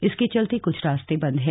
इसके चलते कुछ रास्ते बंद हैं